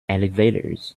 elevators